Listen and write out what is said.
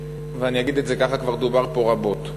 ואני אגיד את זה ככה, כבר דובר פה רבות: